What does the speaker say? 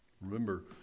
Remember